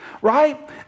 Right